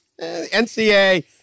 NCA